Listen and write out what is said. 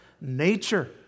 nature